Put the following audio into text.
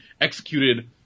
executed